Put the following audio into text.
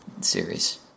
series